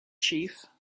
chief